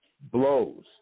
blows